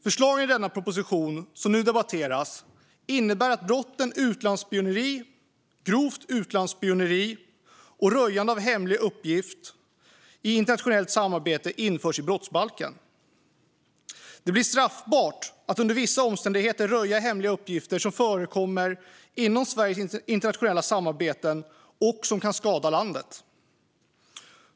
Förslagen i den proposition som nu debatteras innebär att brotten utlandsspioneri, grovt utlandsspioneri och röjande av hemlig uppgift i internationellt samarbete införs i brottsbalken. Det blir straffbart att under vissa omständigheter röja hemliga uppgifter som förekommer inom Sveriges internationella samarbeten och som kan skada landet.